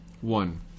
one